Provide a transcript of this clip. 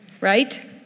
right